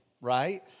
right